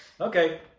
Okay